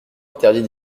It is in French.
interdit